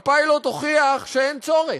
הפיילוט הוכיח שאין צורך.